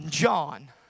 John